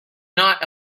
not